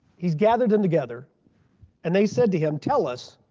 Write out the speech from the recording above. he's gathered them together and they said to him tell us,